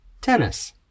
tennis